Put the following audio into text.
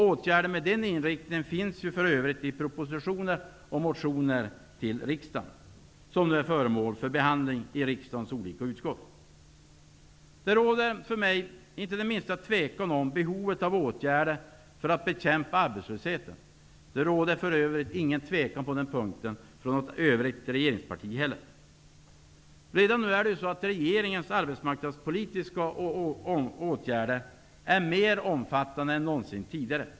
Åtgärder med den inriktningen finns också i propositioner och motioner till riksdagen, och de är nu föremål för behandling i riksdagens olika utskott. Det råder, för mig, inte det minsta tvivel om behovet av åtgärder för att bekämpa arbetslösheten. På den punkten råder det för övrigt inget tvivel från något regeringsparti heller. Redan nu är regeringens arbetsmarknadspolitiska åtgärder mer omfattande än någonsin.